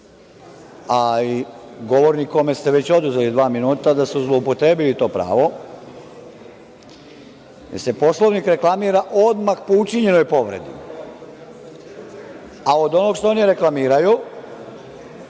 i govornik kome ste već oduzeli dva minuta, da ste zloupotrebili to pravo, jer se Poslovnik reklamira odmah po učinjenoj povredi, a od onog što oni reklamiraju